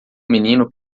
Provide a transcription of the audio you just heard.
menino